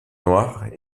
noires